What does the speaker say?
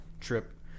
trip